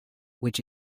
which